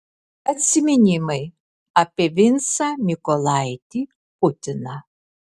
atsiminimai apie vincą mykolaitį putiną